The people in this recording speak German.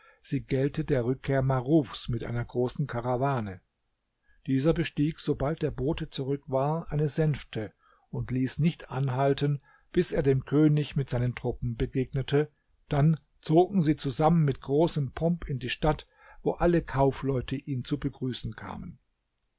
sie gelte der rückkehr marufs mit einer großen karawane dieser bestieg sobald der bote zurück war eine sänfte und ließ nicht anhalten bis er dem könig mit seinen truppen begegnete dann zogen sie zusammen mit großem pomp in die stadt wo alle kaufleute ihn zu begrüßen kamen